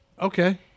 Okay